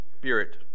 Spirit